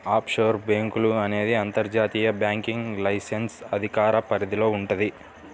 offshore బ్యేంకులు అనేది అంతర్జాతీయ బ్యాంకింగ్ లైసెన్స్ అధికార పరిధిలో వుంటది